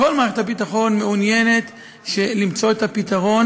כל מערכת הביטחון מעוניינת למצוא את הפתרון